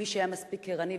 מי שהיה מספיק ערני,